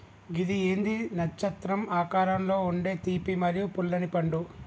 గిది ఏంది నచ్చత్రం ఆకారంలో ఉండే తీపి మరియు పుల్లనిపండు